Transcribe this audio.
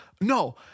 no